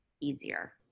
easier